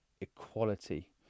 equality